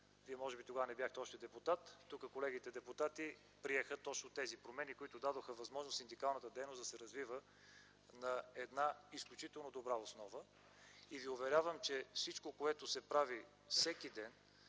20, може би тогава още не бяхте депутат, тук колегите депутати приеха точно тези промени, които дадоха възможност синдикалната дейност да се развива на една изключително добра основа. И Ви уверявам, че всичко, което се прави всеки ден,